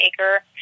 acre